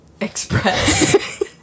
Express